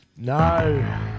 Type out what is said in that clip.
No